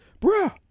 bruh